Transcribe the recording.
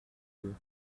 deux